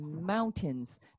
mountains